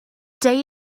day